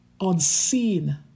unseen